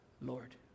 Lord